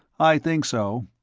i think so.